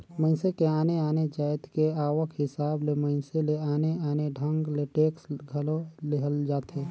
मइनसे के आने आने जाएत के आवक हिसाब ले मइनसे ले आने आने ढंग ले टेक्स घलो लेहल जाथे